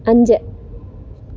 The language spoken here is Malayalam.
അഞ്ച്